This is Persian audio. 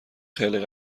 خیلی